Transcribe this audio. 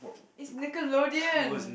it's Nickelodeon